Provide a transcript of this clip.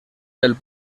del